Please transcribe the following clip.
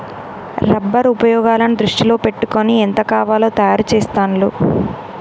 rubber ఉపయోగాలను దృష్టిలో పెట్టుకొని ఎంత కావాలో తయారు చెస్తాండ్లు